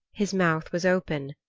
his mouth was open,